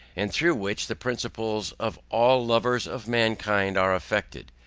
and through which the principles of all lovers of mankind are affected,